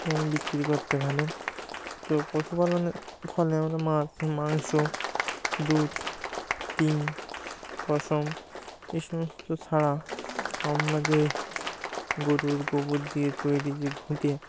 এবং বিক্রি করতে পারেন তো পশুপালনের ফলে আমরা মাছ মাংস দুধ ডিম পশম এই সমস্ত ছাড়া আমরা যে গরুর গোবর দিয়ে তৈরি যে ঘুঁটে